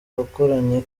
wakoranye